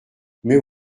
mais